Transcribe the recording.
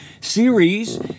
series